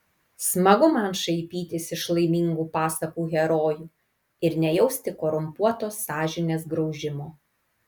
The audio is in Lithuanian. smagu man šaipytis iš laimingų pasakų herojų ir nejausti korumpuotos sąžinės graužimo